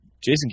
Jason